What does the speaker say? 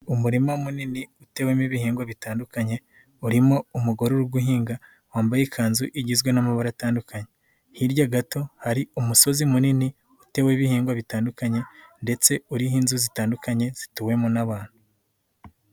Umurima munini utewemo ibihingwa bitandukanye, urimo umugore uri guhinga wambaye ikanzu igizwe n'amabara atandukanye, hirya gato hari umusozi munini uteweho ibihingwa bitandukanye, ndetse uriho inzu zitandukanye zituwemo n'abantu.